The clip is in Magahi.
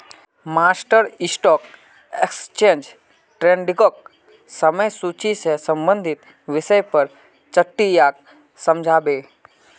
मास्टर स्टॉक एक्सचेंज ट्रेडिंगक समय सूची से संबंधित विषय पर चट्टीयाक समझा बे